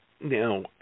Now